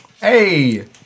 Hey